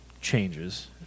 Changes